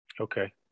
Okay